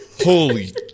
Holy